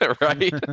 Right